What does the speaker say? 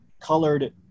colored